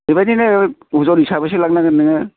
बेबायदिनो अजन हिसाबैसो लांनांगोन नोङो